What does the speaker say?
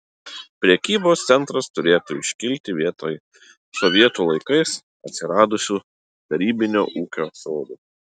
prekybos centras turėtų iškilti vietoj sovietų laikais atsiradusių tarybinio ūkio sodų